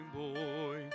boy